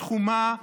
תחומה,